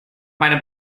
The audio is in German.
meinem